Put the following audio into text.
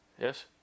Yes